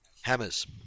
hammers